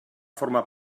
formar